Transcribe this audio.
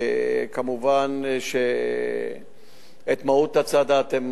מובן שאת מהות הצעדה אתם,